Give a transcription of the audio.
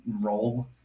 role